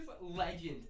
legend